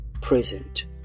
present